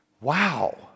Wow